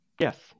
yes